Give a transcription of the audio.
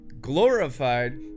glorified